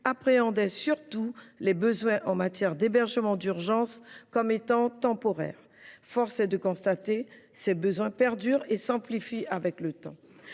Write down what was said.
appréhendait surtout les besoins en matière d’hébergement d’urgence comme étant temporaires. Force est de le constater, ces besoins perdurent et s’amplifient avec le temps.